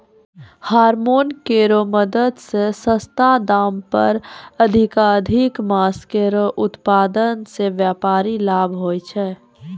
hormone केरो मदद सें सस्ता दाम पर अधिकाधिक मांस केरो उत्पादन सें व्यापारिक लाभ होय छै